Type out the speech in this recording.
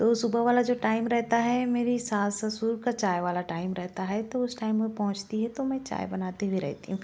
तो सुबह वाला जो टाइम रहता है मेरी सास ससुर का चाय वाला टाइम रहता है तो उस टाइम में पहुँचती है तो मैं चाय बनाती भी रहती हूँ